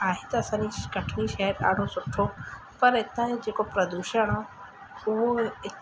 आहे त असांजी कटनी शहर ॾाढो सुठो पर हितां जा जेको प्रदूषण आहे उहो हिकु